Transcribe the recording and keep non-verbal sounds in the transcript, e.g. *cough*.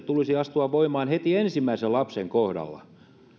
*unintelligible* tulisi astua voimaan heti ensimmäisen lapsen kohdalla